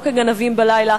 לא כגנבים בלילה,